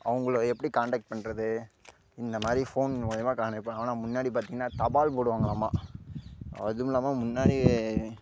அவங்கள எப்படி கான்டாக்ட் பண்ணுறது இந்தமாதிரி ஃபோன் மூலிமா கான்டெக்ட் பண்ணலாம் ஆனால் முன்னாடி பார்த்திங்கனா தபால் போடுவாங்கலாமா அதுவுமில்லாமல் முன்னாடி